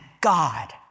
God